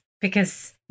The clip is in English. because-